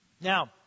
Now